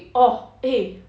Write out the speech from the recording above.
orh eh